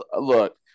Look